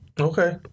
Okay